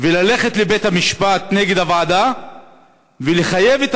וללכת לבית-המשפט נגד הוועדה ולחייב את